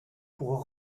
pour